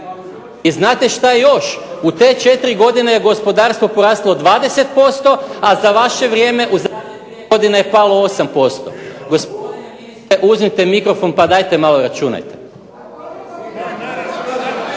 I znate što još? U te 4 godine je gospodarstvo poraslo 20%, a za vaše vrijeme u zadnje 2 godine je palo 8%. Gospodine ministre uzmite mikrofon pa dajte malo računajte.